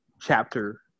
chapter